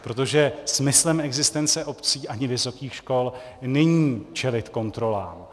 Protože smyslem existence obcí ani vysokých škol není čelit kontrolám.